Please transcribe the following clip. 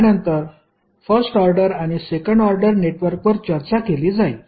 त्यानंतर first order आणि second order नेटवर्कवर चर्चा केली जाईल